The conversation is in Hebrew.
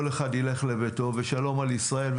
כל אחד ילך לביתו ושלום על ישראל,